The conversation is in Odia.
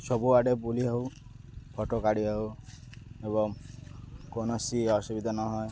ସବୁଆଡ଼େ ବୁଲି ହେଉ ଫଟୋ କାଢ଼ି ହେଉ ଏବଂ କୌଣସି ଅସୁବିଧା ନହେଉ